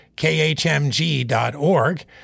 khmg.org